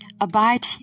Abide